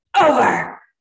over